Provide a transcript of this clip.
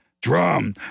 drum